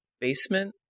basement